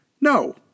No